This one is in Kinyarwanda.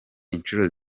inshuro